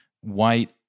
white